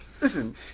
Listen